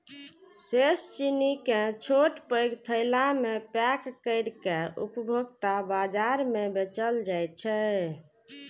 शेष चीनी कें छोट पैघ थैला मे पैक कैर के उपभोक्ता बाजार मे बेचल जाइ छै